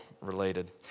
related